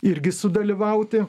irgi sudalyvauti